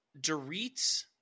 Dorit